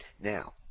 Now